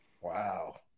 Wow